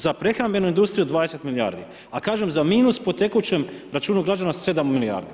Za prehrambenu industriju 20 milijardi a kažem, za minus po tekućem računu građana 7 milijardi.